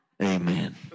Amen